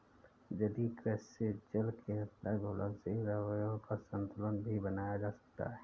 जलीय कृषि से जल के अंदर घुलनशील अवयवों का संतुलन भी बनाया जा सकता है